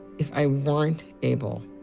if i weren't able.